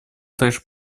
также